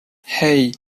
hey